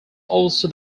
also